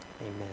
Amen